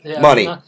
money